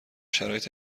شرایط